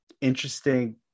interesting